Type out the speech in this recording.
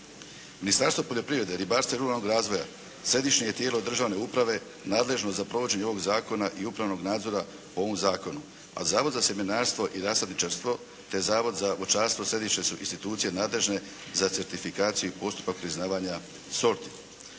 Ministarstvo poljoprivrede, ribarstva i ruralnog razvoja središnje je tijelo državne uprave nadležno za provođenje ovog zakona i upravnog nadzora po ovom zakonu a Zavod za sjemenarstvo i rasadničarstvo te Zavod za voćarstvo središnje su institucije nadležne za certifikaciju i postupak priznavanja sorti.